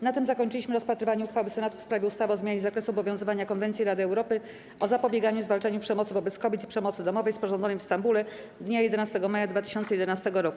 Na tym zakończyliśmy rozpatrywanie uchwały Senatu w sprawie ustawy o zmianie zakresu obowiązywania Konwencji Rady Europy o zapobieganiu i zwalczaniu przemocy wobec kobiet i przemocy domowej, sporządzonej w Stambule dnia 11 maja 2011 r.